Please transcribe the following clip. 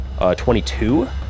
22